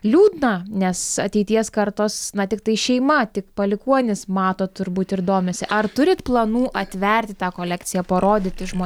liūdna nes ateities kartos na tiktai šeima tik palikuonys mato turbūt ir domisi ar turit planų atverti tą kolekciją parodyti žmo